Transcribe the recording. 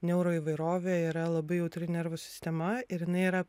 neuro įvairovė yra labai jautri nervų sistema ir jinai yra